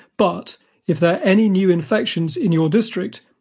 but if there are any new infections in your district,